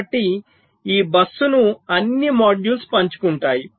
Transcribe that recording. కాబట్టి ఈ బస్సును అన్ని మాడ్యూల్స్ పంచుకుంటున్నాయి